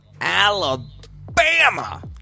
Alabama